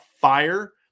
fire